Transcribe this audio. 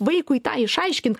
vaikui tą išaiškint